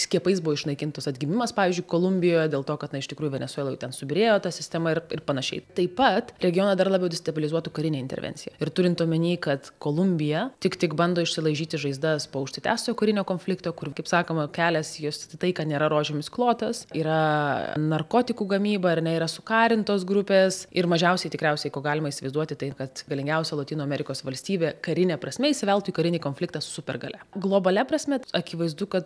skiepais buvo išnaikintos atgimimas pavyzdžiui kolumbijoje dėl to kad na iš tikrųjų venesueloj ten subyrėjo ta sistema ir ir panašiai taip pat regioną dar labiau destabilizuotų karinė intervencija ir turint omeny kad kolumbija tik tik bando išsilaižyti žaizdas po užsitęsusio karinio konflikto kur kaip sakoma kelias jos į taiką nėra rožėmis klotas yra narkotikų gamyba ar ne yra sukarintos grupės ir mažiausiai tikriausiai ko galima įsivaizduoti tai kad galingiausia lotynų amerikos valstybė karine prasme įsiveltų į karinį konfliktą su supergalia globalia prasme akivaizdu kad